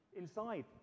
inside